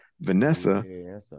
vanessa